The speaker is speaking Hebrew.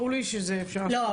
ברור לי שאפשר --- לא.